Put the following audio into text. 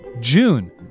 June